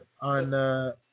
on